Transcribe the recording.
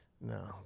No